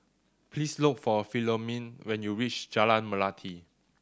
please look for Philomene when you reach Jalan Melati